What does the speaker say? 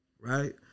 right